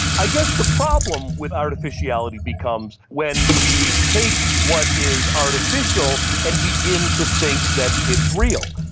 i guess the problem with artificiality becomes when we take what is artificial and begin to think that it's real.